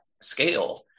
scale